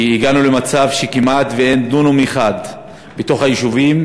הגענו למצב שכמעט אין דונם אחד בתוך היישובים